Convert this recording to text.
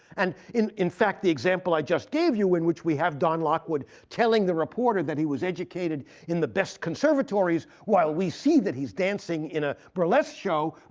and in in fact the example i just gave you, in which we have don lockwood telling the reporter that he was educated in the best conservatories while we see that he's dancing in a burlesque show,